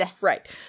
Right